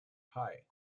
hei